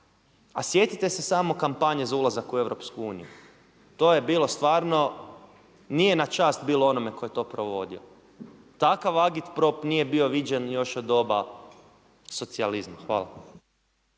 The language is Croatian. A sjetite se samo kampanje za ulazak u EU? To je bilo stvarno, nije na čast bilo onome tko je to provodio. Takav agitprop nije bio viđen još od doba socijalizma. Hvala.